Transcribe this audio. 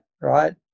right